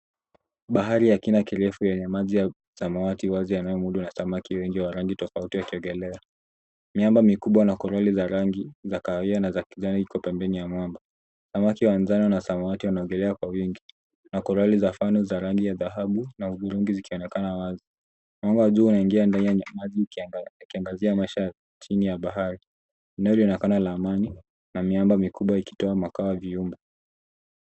Bahari ya kina kirefu yenye maji ya samawati wazi yanayomudu na samaki wengi wa rangi tofauti wakiogelea. Miamba mikubwa na korali za rangi za kahawia na za kijani iko pembeni ya mwamba. Samaki wa njano na samawati wanaogelea kwa wingi, na korali za fano za rangi ya dhahabu na hudhurungi zikionekana wazi. Mwanga juu unaingia ndani ya maji yakiangazia maisha ya chini ya bahari. Eneo linaonekana la amani na miamba mikubwa ikitoa makao ya viumbe.